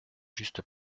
juste